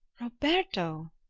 roberto!